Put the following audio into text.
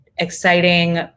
exciting